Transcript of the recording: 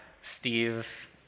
Steve